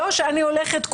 ולא שיהיה מצב שאני הולכת,